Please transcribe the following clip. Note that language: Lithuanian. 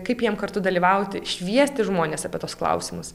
kaip jiem kartu dalyvauti šviesti žmones apie tuos klausimus